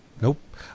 nope